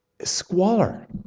squalor